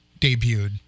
debuted